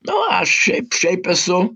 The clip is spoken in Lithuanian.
nu aš šiaip šiaip esu